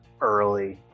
early